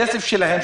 כסף שלהם,